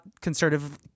conservative